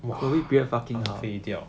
!wah! 废掉